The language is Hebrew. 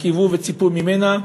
וקיוו וציפו ממנה,